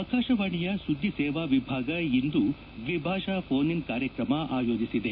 ಆಕಾಶವಾಣಿಯ ಸುದ್ದಿ ಸೇವಾ ವಿಭಾಗ ಇಂದು ದ್ವಿಭಾಷಾ ಫೋನ್ ಇನ್ ಕಾರ್ಯಕ್ರಮ ಆಯೋಜಿಸಿದೆ